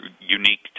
unique